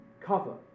cover